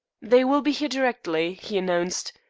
they will be here directly, he announced.